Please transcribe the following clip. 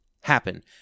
happen